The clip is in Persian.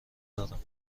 دارم